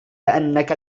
أنك